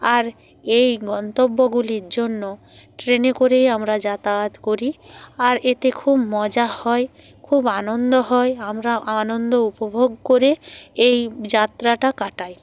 আর এই গন্তব্যগুলির জন্য ট্রেনে করেই আমরা যাতায়াত করি আর এতে খুব মজা হয় খুব আনন্দ হয় আমরা আনন্দ উপভোগ করে এই যাত্রাটা কাটাই